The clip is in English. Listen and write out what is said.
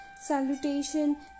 Salutation